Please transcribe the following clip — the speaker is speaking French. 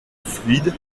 fluide